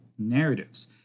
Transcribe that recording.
narratives